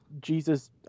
Jesus